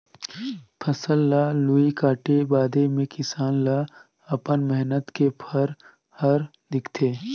फसल ल लूए काटे बादे मे किसान ल अपन मेहनत के फर हर दिखथे